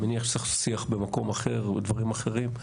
אני מניח שצריך לעשות שיח במקום אחר או דברים אחרים.